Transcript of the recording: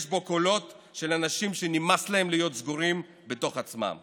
יש בו קולות של אנשים שנמאס להם להיות סגורים בתוך עצמם.